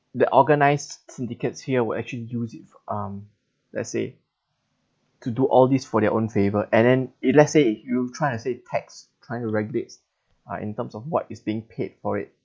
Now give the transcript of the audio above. the organised syndicates here would actually use it for um let's say to do all this for their own favor and then if let's say you try to save tax trying to regulate uh in terms of what is being paid for it